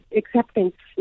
acceptance